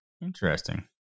Interesting